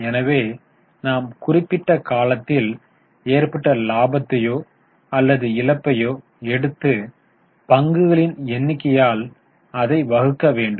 எனவே நாம் குறிப்பிட்ட காலத்தில் ஏற்பட்ட லாபத்தையோ அல்லது இழப்பையோ எடுத்து பங்குகளின் எண்ணிக்கையால் அதை வகுக்க வேண்டும்